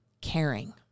caring